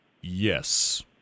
Yes